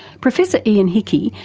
professor ian hickie,